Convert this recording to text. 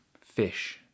Fish